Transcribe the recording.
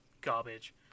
garbage